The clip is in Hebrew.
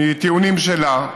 מטיעונים שלה.